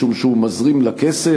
משום שהוא מזרים אליה כסף,